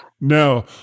No